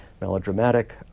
melodramatic